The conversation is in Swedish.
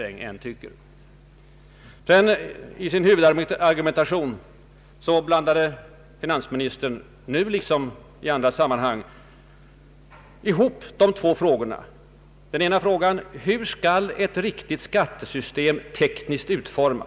I sin huvudargumentation blandade finansministern, nu liksom i andra sammanhang, ihop de två huvudfrågorna. Den ena frågan är: Hur skall ett riktigt skattesystem tekniskt utformas?